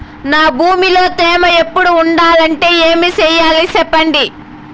నా భూమిలో తేమ ఎప్పుడు ఉండాలంటే ఏమి సెయ్యాలి చెప్పండి?